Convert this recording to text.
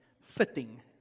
Fitting